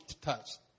touched